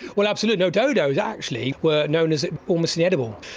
well absolutely. no, dodos actually were known as almost inedible.